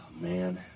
man